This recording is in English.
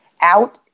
out